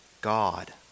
God